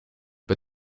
but